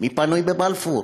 מי פנוי בבלפור?